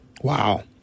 Wow